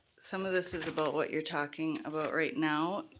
some of this is about what you're talking about right now.